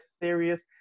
serious